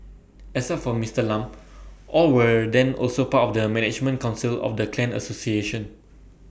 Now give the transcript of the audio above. except for Mister Lam all were then also part of the management Council of the clan association